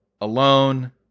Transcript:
alone